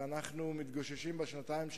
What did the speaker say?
ואנחנו מתגוששים בשנתיים,